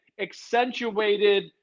accentuated